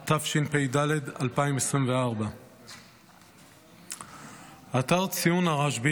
התשפ"ד 2024. אתר ציון הרשב"י,